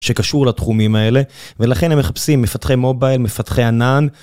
שקשור לתחומים האלה, ולכן הם מחפשים מפתחי מובייל, מפתחי ענן.